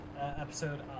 episode